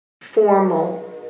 formal